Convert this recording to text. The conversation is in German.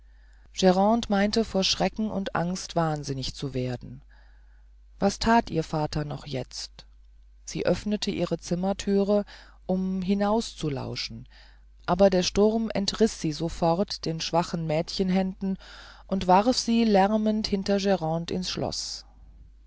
meinte vor schrecken und angst wahnsinnig zu werden was that ihr vater noch jetzt sie öffnete ihre zimmerthüre um hinauszulauschen aber der sturm entriß sie sofort den schwachen mädchenhänden und warf sie lärmend hinter grande in's schloß